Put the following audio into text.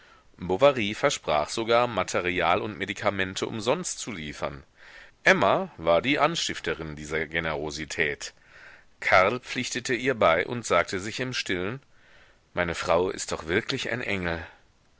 bovary versprach sogar material und medikamente umsonst zu liefern emma war die anstifterin dieser generosität karl pflichtete ihr bei und sagte sich im stillen meine frau ist doch wirklich ein engel